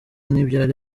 n’ibyari